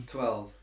Twelve